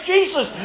Jesus